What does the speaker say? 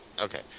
Okay